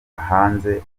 hanze